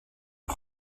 les